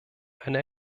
eine